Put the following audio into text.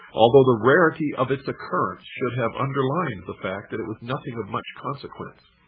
although the rarity of its occurrence should have underlined the fact that it was nothing of much consequence.